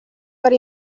per